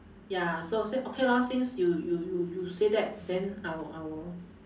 ya so I say okay lor since you you you you say that then I will I will